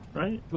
right